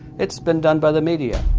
it's been done by the media.